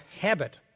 habit